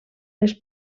les